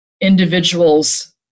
individual's